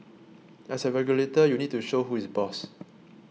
as a regulator you need to show who is boss